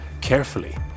carefully